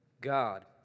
God